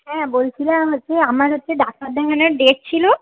হ্যাঁ বলছিলাম হচ্ছে আমার হচ্ছে ডাক্তার দেখানোর ডেট ছিল